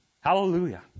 Hallelujah